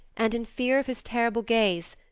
and, in fear of his terrible gaze,